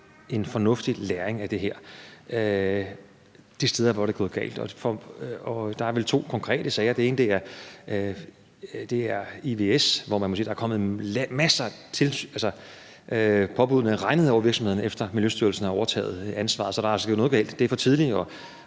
en fornuftig læring af det her de steder, hvor det er gået galt, og der er vel to konkrete sager. Den ene er IWS, hvor påbuddene er regnet ned over virksomheden, efter at Miljøstyrelsen har overtaget ansvaret, så der har altså været noget galt. Det er for tidligt